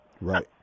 Right